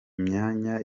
imyanya